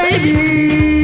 Baby